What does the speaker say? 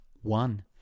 one